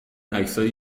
عکسای